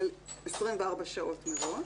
אבל 24 שעות מראש.